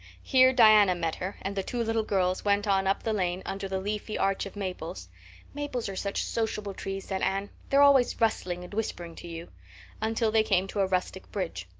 here diana met her, and the two little girls went on up the lane under the leafy arch of maples maples are such sociable trees, said anne they're always rustling and whispering to you until they came to a rustic bridge.